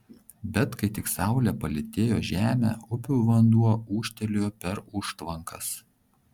bet kai tik saulė palytėjo žemę upių vanduo ūžtelėjo per užtvankas